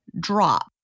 drop